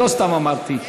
לא סתם אמרתי.